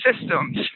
systems